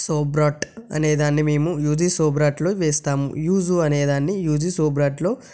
సోబ్రాట్ అనేదాన్ని మేము యూజీ సోబ్రాట్లు వేస్తాము యూస్ అనేదాన్ని యూజీ సోబ్రాట్లులో